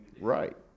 Right